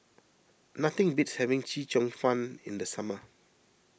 nothing beats having Chee Cheong Fun in the summer